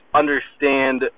understand